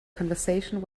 conversation